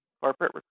corporate